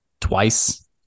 twice